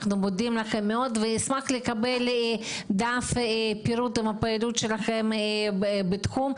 אנחנו מודים לכם מאוד ואשמח לקבל דף פירוט עם הפעילות שלכם בתחום,